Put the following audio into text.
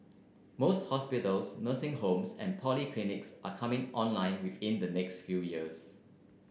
most hospitals nursing homes and polyclinics are coming online within the next few years